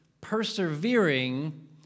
Persevering